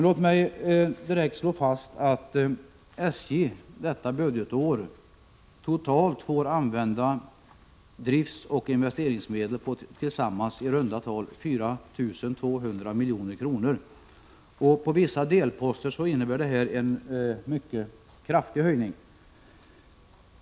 Låt mig direkt slå fast att SJ detta budgetår totalt får använda driftsoch investeringsmedel på tillsammans i runda tal 4 200 milj.kr. På vissa delposter innebär detta en mycket kraftig höjning.